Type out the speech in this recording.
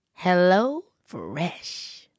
HelloFresh